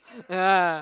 yeah